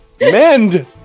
Mend